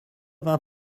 vingt